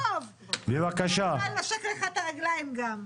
טוב, לנשק לך את הרגליים גם.